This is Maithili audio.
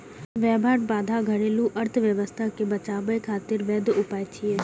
व्यापार बाधा घरेलू अर्थव्यवस्था कें बचाबै खातिर वैध उपाय छियै